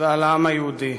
ועל העם היהודי: